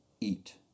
eat